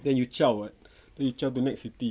then you chao [what] you chao to next city